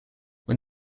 when